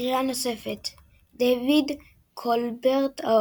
לקריאה נוספת דייוויד קולברט,